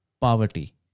poverty